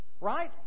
Right